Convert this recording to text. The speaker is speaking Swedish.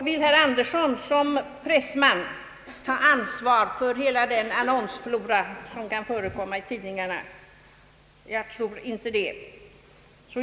Vill herr Andersson som pressman ta ansvar för hela den annonsflora som kan förekomma i tidningarna? Jag tror inte det.